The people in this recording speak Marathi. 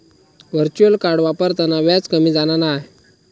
व्हर्चुअल कार्ड वापरताना व्याज कमी जाणा नाय